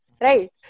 Right